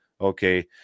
okay